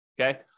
okay